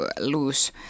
lose